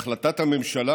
החלטת הממשלה